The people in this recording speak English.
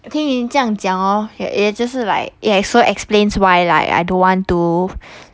听你这样讲 orh 也也就是 like ya also explains why like I don't want to